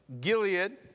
Gilead